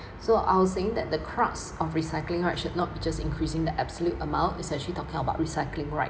so I was saying that the crux of recycling right should not be just increasing the absolute amount is actually talking about recycling right